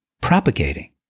propagating